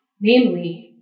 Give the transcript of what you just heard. namely